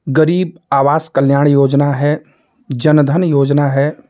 गरीब आवास कल्याण योजना है जन धन योजना है